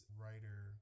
writer